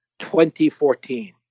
2014